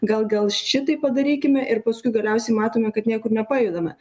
gal gal šitaip padarykime ir paskui galiausiai matome kad niekur nepajudame